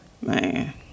Man